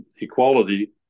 equality